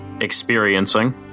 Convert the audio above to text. experiencing